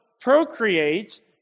procreate